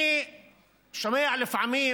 אני שומע לפעמים